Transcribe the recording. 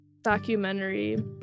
documentary